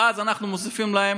ואנחנו מוסיפים להם